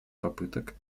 попыток